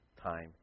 time